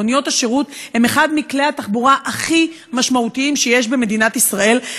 מוניות השירות הן אחד מכלי התחבורה הכי משמעותיים שיש במדינת ישראל,